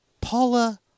Paula